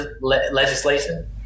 legislation